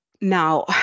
Now